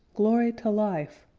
glory to life!